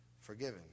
Forgiven